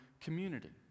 community